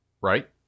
Right